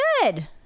good